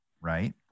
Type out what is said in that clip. right